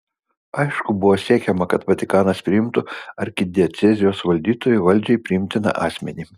aišku buvo siekiama kad vatikanas priimtų arkidiecezijos valdytoju valdžiai priimtiną asmenį